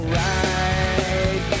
right